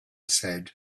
said